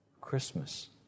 Christmas